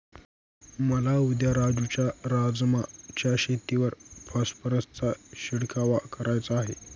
मला उद्या राजू च्या राजमा च्या शेतीवर फॉस्फरसचा शिडकाव करायचा आहे